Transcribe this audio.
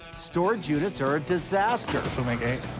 storage units are a disaster. this'll make eight.